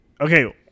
Okay